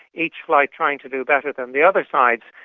each flight trying to do better than the other side's.